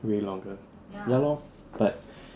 way longer ya lor but